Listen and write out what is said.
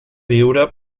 viure